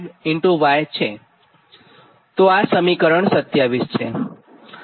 આ સમીકરણ 27 છે